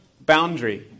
boundary